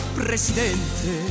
presidente